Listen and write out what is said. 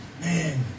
Man